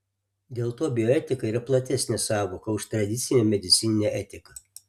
dėl to bioetika yra platesnė sąvoka už tradicinę medicininę etiką